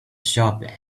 shop